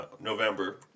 November